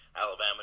Alabama